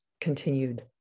continued